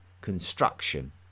construction